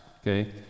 okay